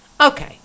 Okay